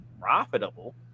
profitable